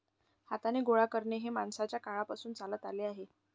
हाताने गोळा करणे हे माणसाच्या काळापासून चालत आले आहे